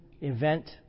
event